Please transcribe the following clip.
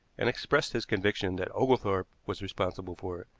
and expressed his conviction that oglethorpe was responsible for it.